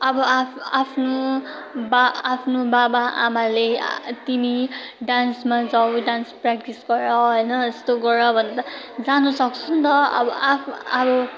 अब आफ् आफ्नो बा आफ्नो बाबा आमाले तिमी डान्समा जाऊ डान्स प्रयाक्टिस गर होइन यस्तो गर भने त जानु सक्छ नि त अब आफू अब